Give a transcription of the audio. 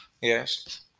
Yes